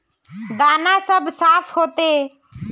दाना सब साफ होते?